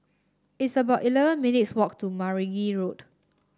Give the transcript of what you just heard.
it's about eleven minutes' walk to Meragi Road